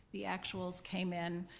the actuals came in,